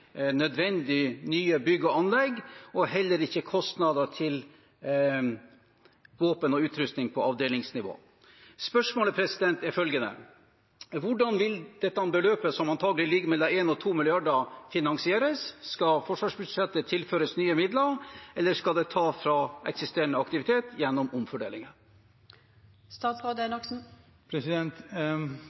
nye bygg og anlegg og heller ikke kostnader til våpen og utrustning på avdelingsnivå. Spørsmålet er følgende: Hvordan vil dette beløpet, som antakelig ligger mellom 1 mrd. kr og 2 mrd. kr, finansieres? Skal forsvarsbudsjettet tilføres nye midler, eller skal det tas fra eksisterende aktivitet gjennom